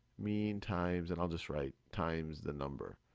mean times, and i'll just write times the number,